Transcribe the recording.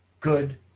good